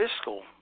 fiscal